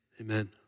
Amen